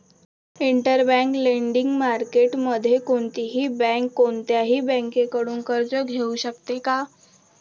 Interbank lending मार्केटमध्ये कोणतीही bank कोणत्याही बँकेकडून कर्ज घेऊ शकते का?